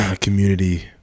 community